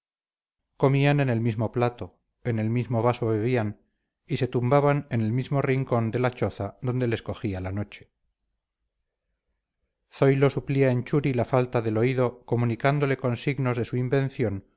comían en el mismo plato en el mismo vaso bebían y se tumbaban en el mismo rincón de la choza donde les cogía la noche zoilo suplía en churi la falta del oído comunicándole con signos de su invención